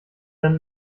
dann